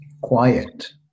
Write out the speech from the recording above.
quiet